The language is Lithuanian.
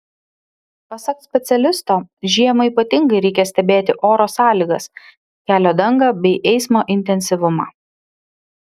pasak specialisto žiemą ypatingai reikia stebėti oro sąlygas kelio dangą bei eismo intensyvumą